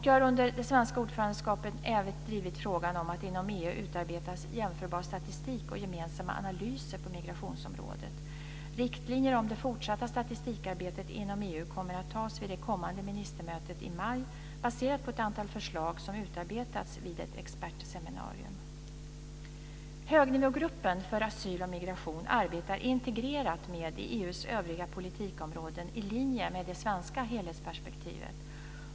Jag har under det svenska ordförandeskapet även drivit frågan om att det inom EU utarbetas jämförbar statistik och gemensamma analyser på migrationsområdet. Riktlinjer om det fortsatta statistikarbetet inom EU kommer att antas vid det kommande ministermötet i maj baserat på ett antal förslag som utarbetats vid ett expertseminarium. Högnivågruppen för asyl och migration arbetar integrerat med EU:s övriga politikområden i linje med det svenska helhetsperspektivet.